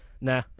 Nah